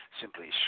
simply